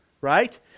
right